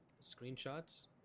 screenshots